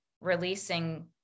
releasing